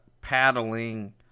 paddling